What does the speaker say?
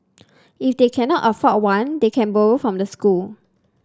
if they cannot afford one they can borrow from the school